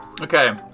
Okay